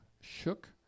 shook